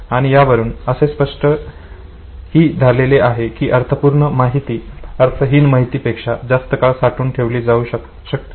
आणि यावरून असे स्पष्ट ही झालेले आहे की अर्थपूर्ण माहिती अर्थहीन माहितीपेक्षा खूप जास्त काळ साठवून ठेवली जाऊ शकते